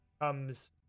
comes